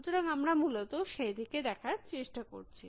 সুতরাং আমরা মূলত সেই দিকে দেখার চেষ্টা করছি